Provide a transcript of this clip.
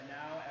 now